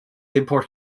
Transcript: import